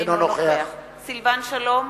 אינו נוכח סילבן שלום,